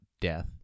death